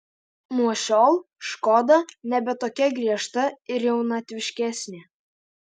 nuo šiol škoda nebe tokia griežta ir jaunatviškesnė